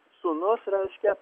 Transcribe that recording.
sūnus reiškia